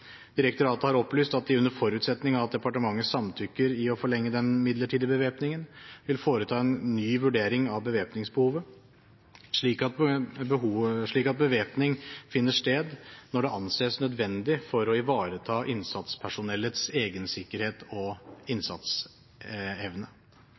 Direktoratet har opplyst at de, under forutsetning av at departementet samtykker i å forlenge den midlertidige bevæpningen, vil foreta en ny vurdering av bevæpningsbehovet, slik at bevæpning finner sted når det anses nødvendig for å ivareta innsatspersonellets egensikkerhet og innsatsevne.